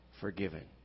forgiven